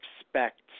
expect